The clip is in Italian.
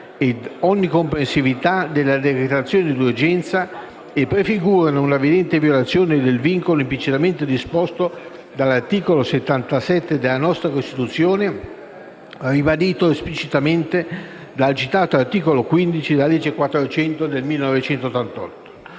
ed onnicomprensività della decretazione d'urgenza e prefigurano una evidente violazione del vincolo implicitamente disposto dall'articolo 77 della Costituzione, ribadito esplicitamente dal citato articolo 15 della legge n. 400 del 1988.